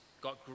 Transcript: got